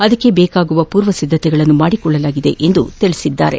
ಅದಕ್ಕೆ ಬೇಕಾದಂತಹ ಪೂರ್ವಸಿದ್ದತೆಗಳನ್ನು ಮಾಡಿಕೊಳ್ಳಲಾಗಿದೆ ಎಂದು ತಿಳಿಸಿದರು